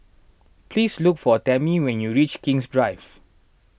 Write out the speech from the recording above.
please look for Tammy when you reach King's Drive